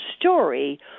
story